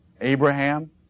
Abraham